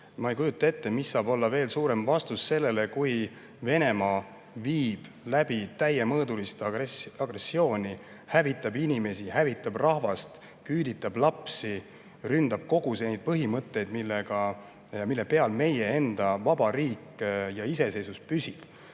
Ma ei kujuta ette, mis saab olla veel suurem vastus sellele, kui Venemaa viib läbi täiemõõdulist agressiooni, hävitab inimesi, hävitab rahvast, küüditab lapsi, ründab kõiki neid põhimõtteid, mille peal meie enda vabariik ja iseseisvus püsib,